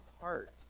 heart